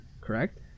correct